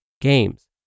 games